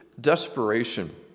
desperation